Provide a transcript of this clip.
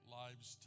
lives